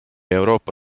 euroopa